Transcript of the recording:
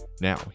Now